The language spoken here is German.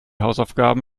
hausaufgaben